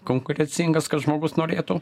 konkurencingas kad žmogus norėtų